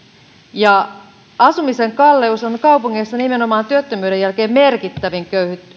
ja asumisen kalleus on kaupungeissa nimenomaan työttömyyden jälkeen merkittävin